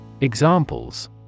Examples